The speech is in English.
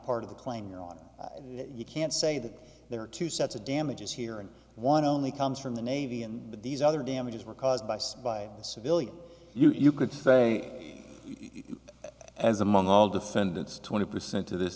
part of the claim you don't you can't say that there are two sets of damages here and one only comes from the navy and these other damages were caused by some by the civilian you could say as among all defendants twenty percent t